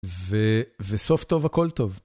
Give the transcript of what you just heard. וסוף טוב הכל טוב.